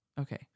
Okay